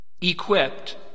Equipped